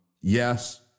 yes